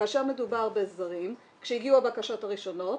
כאשר מדובר בזרים כשהגיעו הבקשות הראשונות